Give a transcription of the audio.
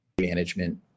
management